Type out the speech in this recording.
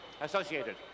associated